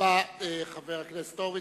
תודה רבה לחבר הכנסת הורוביץ.